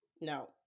No